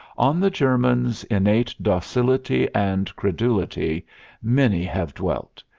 on the german's innate docility and credulity many have dwelt,